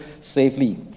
safely